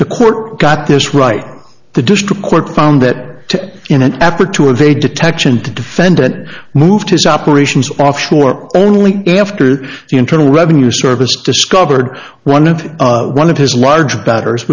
the court got this right the district court found that in an effort to evade detection the defendant moved his operations offshore only after the internal revenue service discovered one of one of his large betters